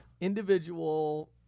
individual